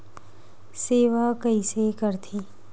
सेवा कइसे करथे?